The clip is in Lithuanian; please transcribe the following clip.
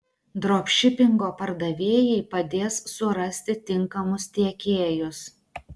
dropšipingo pardavėjai padės surasti tinkamus tiekėjus